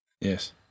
Yes